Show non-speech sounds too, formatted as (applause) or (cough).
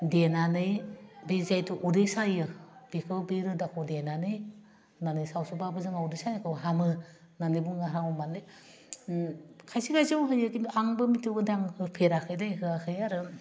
देनानै बे जायथु उदै सायो बेखौ बे रोदाखौ देनानै माने सावसुबाबो जोंहा उदै सानायखौ हामो होननानै बुङो हामो माने खायसे खायसे (unintelligible) खिन्थु आं होफेराखै दे होआखै आरो